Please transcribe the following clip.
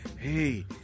Hey